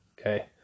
Okay